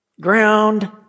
ground